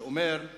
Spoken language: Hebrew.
שאומר: